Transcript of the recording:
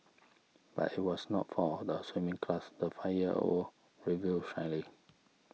but it was not for the swimming class the five year old revealed shyly